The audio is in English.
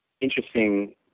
interesting